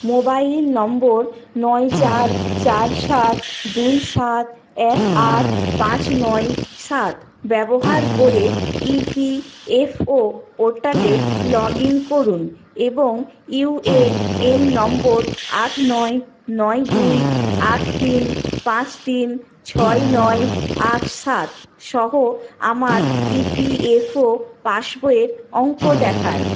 mobile number নয় চার চার সাত দুই সাত এক আট পাঁচ নয় সাত ব্যবহার করে ই পি এফ ও পোর্টালে লগ ইন করুন এবং ইউ এ এন নম্বর আট নয় নয় দুই আট তিন পাঁচ তিন ছয় নয় আট সাত সহ আমার ই পি এফ ও পাসবইয়ের অঙ্ক দেখান